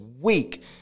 week